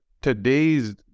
Today's